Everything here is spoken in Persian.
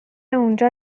اونجا